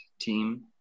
team